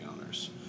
owners